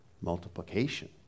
multiplication